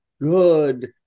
good